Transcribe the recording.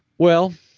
well,